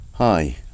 Hi